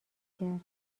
کرد